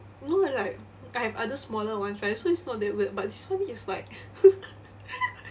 no like I have other smaller ones right so it's not that weird but this one is like